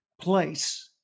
place